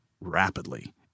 rapidly